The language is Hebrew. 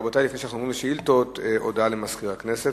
בעד, 6, אין מתנגדים ואין נמנעים.